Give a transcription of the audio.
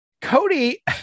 Cody